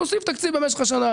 נוסיף תקציב במשך השנה.